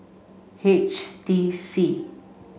H T C